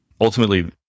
Ultimately